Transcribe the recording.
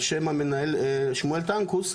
על שם המנהל שמואל טנקוס,